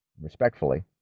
Respectfully